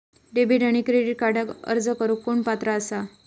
Debit आणि credit कार्डक अर्ज करुक कोण पात्र आसा?